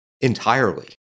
entirely